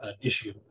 issue